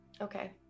Okay